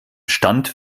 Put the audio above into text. stand